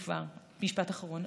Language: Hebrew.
כבר, משפט אחרון.